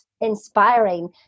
inspiring